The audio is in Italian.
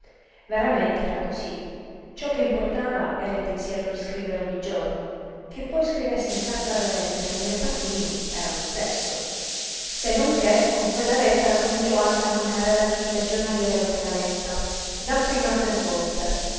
veramente era cosí ciò che importava era il pensiero di scrivere ogni giorno che poi scrivesse in carta da lettere o nel taccuino era lo stesso se non che con quella lettera cominciò anche a mancare la visita giornaliera di claretta dapprima tre volte